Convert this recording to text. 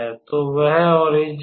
तो वह ओरिजन है